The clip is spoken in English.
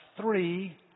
three